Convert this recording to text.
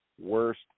Worst